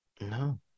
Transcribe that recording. No